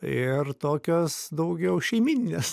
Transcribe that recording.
ir tokios daugiau šeimyninės